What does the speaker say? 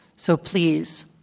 so, please,